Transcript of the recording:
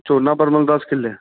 ਝੋਨਾ ਪਰਮਲ ਦਸ ਕਿੱਲੇ